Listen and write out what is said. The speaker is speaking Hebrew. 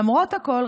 למרות הכול,